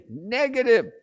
negative